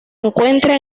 encuentra